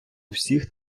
всіх